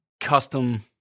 custom